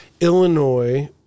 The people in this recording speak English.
Illinois